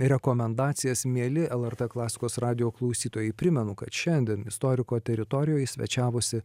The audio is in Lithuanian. rekomendacijas mieli lrt klasikos radijo klausytojai primenu kad šiandien istoriko teritorijoj svečiavosi